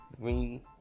green